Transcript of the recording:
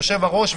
יושב-הראש,